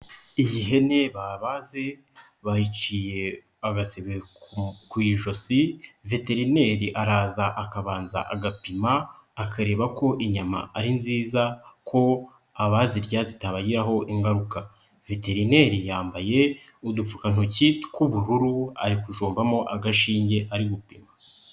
Iyi hene babaze bayiciye agasebe ku ijosi veterineri araza akabanza agapima akareba ko inyama ari nziza ko abazirya zitabagiraho ingaruka, veterineri yambaye udupfukantoki tw'ubururu ari kujombamo agashinge ari gupima.